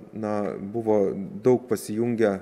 na buvo daug pasijungę